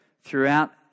throughout